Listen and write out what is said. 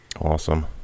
Awesome